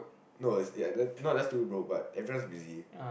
no it's ya not just too broke but everyone's busy